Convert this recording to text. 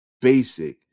basic